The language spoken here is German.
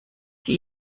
die